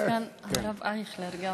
יש כאן גם את הרב אייכלר.